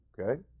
Okay